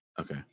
Okay